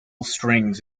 strings